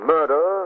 Murder